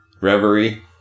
reverie